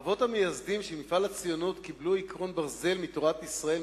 האבות המייסדים של מפעל הציונות קיבלו עקרון ברזל מתורת ישראל,